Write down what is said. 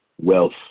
wealth